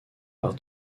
par